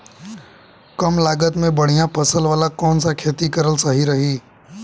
कमलागत मे बढ़िया फसल वाला कौन सा खेती करल सही रही?